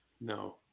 No